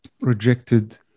rejected